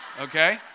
Okay